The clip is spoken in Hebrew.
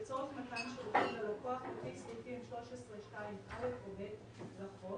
לפי סעיף 42(א) לחוק,